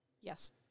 Yes